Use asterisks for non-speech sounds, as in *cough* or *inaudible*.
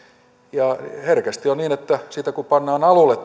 ja herkästi on niin että siitä kun pannaan alulle *unintelligible*